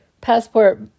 passport